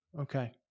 Okay